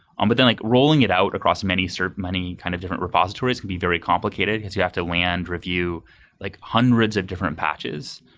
um but then like rolling it out across many sort of kind of different repositories can be very complicated, because you have to land review like hundreds of different patches.